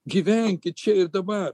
gyvenkit čia ir dabar